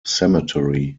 cemetery